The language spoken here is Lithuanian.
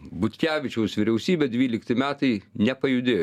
butkevičiaus vyriausybė dvylikti metai nepajudėjo